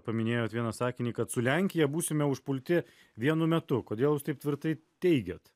paminėjot vieną sakinį kad su lenkija būsime užpulti vienu metu kodėl jūs taip tvirtai teigiat